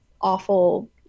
awful